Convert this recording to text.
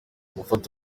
gufata